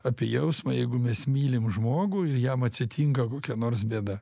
apie jausmą jeigu mes mylim žmogų ir jam atsitinka kokia nors bėda